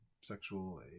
sexual